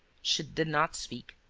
she did not speak.